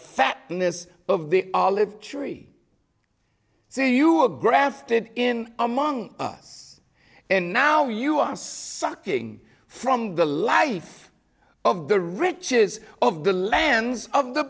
fat in this of the olive tree see you a graph in among us and now you are sucking from the life of the riches of the lands of the